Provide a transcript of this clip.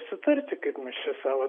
sutarti kaip mes fia savo